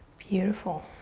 beautiful.